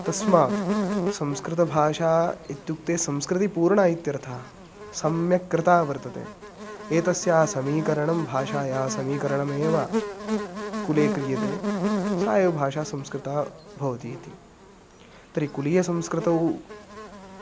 तस्मात् संस्कृतभाषा इत्युक्ते संस्कृतिपूर्णा इत्यर्थः सम्यक् कृता वर्तते एतस्याः समीकरणं भाषायाः समीकरणमेव कुले क्रियते सा एव भाषा संस्कृता भवति इति तर्हि कुलीयसंस्कृतौ